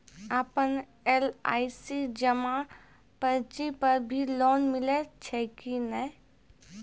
आपन एल.आई.सी जमा पर्ची पर भी लोन मिलै छै कि नै?